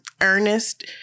Ernest